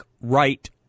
right